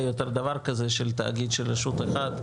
יורת דבר כזה של תאגיד של רשות אחת,